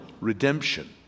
redemption